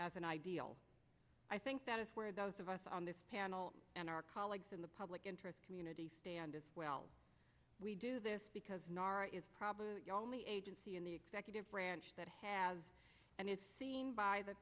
as an ideal i think that is where those of us on this panel and our colleagues in the public interest community stand as well we do this because nara is probably the only agency in the executive branch that has and is seen by the